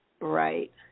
Right